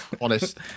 Honest